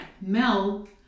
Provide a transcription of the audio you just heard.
mel